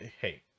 hey